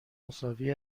مساوی